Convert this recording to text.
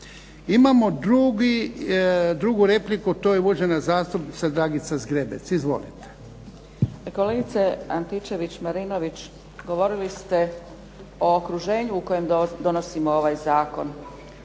Imamo drugu repliku, a to je uvažena zastupnica Dragica Zgrebec. Izvolite. **Zgrebec, Dragica (SDP)** Kolegice Antičević Marinović, govorili ste o okruženju u kojem donosimo ovaj zakon.